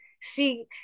See